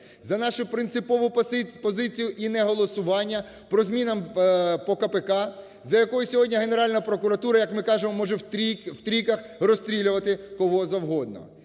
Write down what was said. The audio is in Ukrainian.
За нашу принципову позицію і неголосування по змінам по КПК, за якими сьогодні Генеральна прокуратура, як ми кажемо, може в "трійках" розстрілювати кого завгодно.